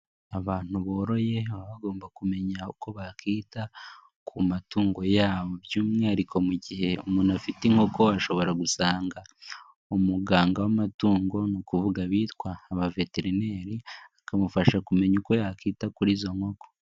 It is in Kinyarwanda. Abantu boroye baba bagomba kumenya uko bakwita ku matungo yabo, by'umwihariko mu gihe umuntu afite inkoko ashobora gusanga umuganga w'amatungo. Ni ukuvuga abitwa abaveterineri akamufasha kumenya uko yakwita kuri izo nkoko.